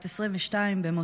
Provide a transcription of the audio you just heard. בת 22 במותה,